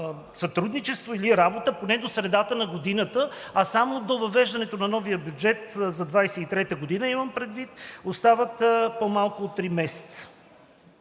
сътрудничество или работа поне до средата на годината, а само до въвеждането на новия бюджет за 2023 г. имам предвид, остават по-малко от три месеца.